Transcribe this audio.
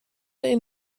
این